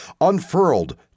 unfurled